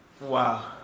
Wow